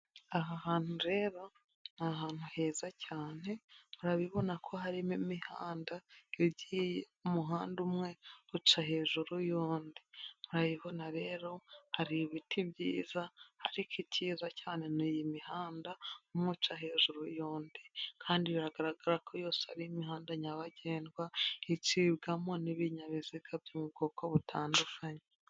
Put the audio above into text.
Aha hantu ureba ni ahantu heza cyane, urabibona ko harimo imihanda, umuhanda umwe uca hejuru y'undi, murabiibona rero hari ibiti byiza, ariko ikiza cyane ni iyi imihanda. umwe uca hejuru y'undi, kandi biragaragara ko yose ari imihanda nyabagendwa, icibwamo n'ibinyabiziga byo mu bwoko butandukanye.